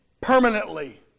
permanently